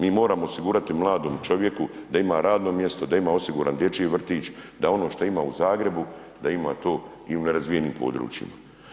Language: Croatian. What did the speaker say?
Mi moramo osigurati mladom čovjeku da ima radno mjesto, da ima osiguran dječji vrtić, da ono što ima u Zagrebu da ima to i u nerazvijenim područjima.